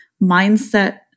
mindset